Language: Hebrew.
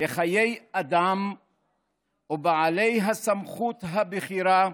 לחיי אדם ובעלי הסמכות הבכירה